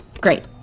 Great